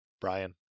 Brian